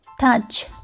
touch